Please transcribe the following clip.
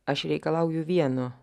aš reikalauju vieno